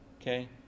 Okay